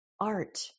art